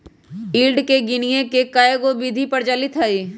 yield के गीनेए के कयहो विधि प्रचलित हइ